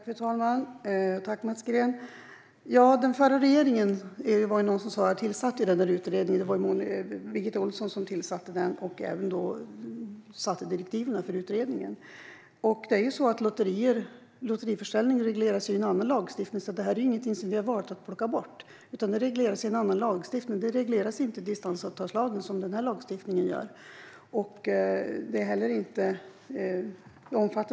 Fru talman! Den förra regeringen tillsatte den här utredningen. Det var Birgitta Ohlsson som tillsatte den och beslutade om direktiven. Lotteriförsäljning regleras ju i en annan lagstiftning. Det är inget som vi har valt att plocka bort. Det regleras inte i distansavtalslagen, som den här lagstiftningen gör.